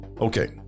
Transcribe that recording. Okay